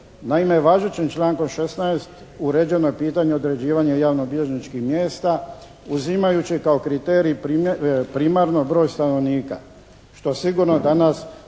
Naime, važećim člankom 16. uređeno je pitanje određivanja javnobilježničkih mjesta uzimajući kao kriterij primarno broj stanovnika što sigurno danas